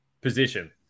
position